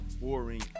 boring